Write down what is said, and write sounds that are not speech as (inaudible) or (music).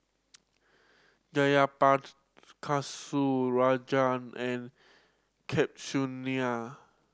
Jayaprakash Rajan and (unintelligible)